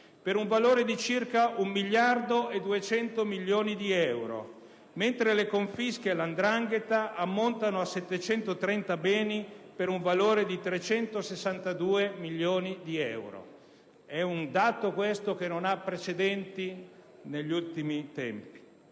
per un valore di circa 1.200 milioni di euro, mentre le confische alla 'ndrangheta ammontano a 730 beni, per un valore di 362 milioni di euro: è un dato che non ha precedenti negli ultimi tempi.